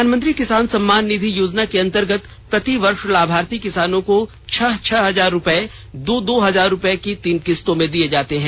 प्रधानमंत्री किसान सम्मान निधि योजना के अंतर्गत प्रति वर्ष लाभार्थी किसानों को छह छह हजार रुपये दो दो हजार रुपये की तीन किस्तों में दिए जाते हैं